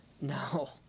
No